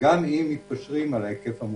גם אם מתפשרים על ההיקף המופחת.